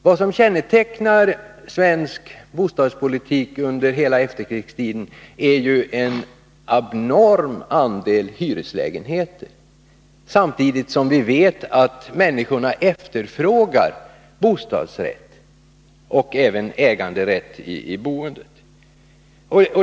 Vad som kännetecknat svensk bostadspolitik under hela efterkrigstiden är en abnormt stor andel hyreslägenheter, samtidigt som vi vet att människorna efterfrågar bostadsrätter och även äganderätt i boendet.